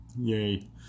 Yay